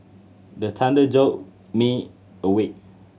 the thunder jolt me awake